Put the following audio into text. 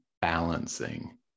balancing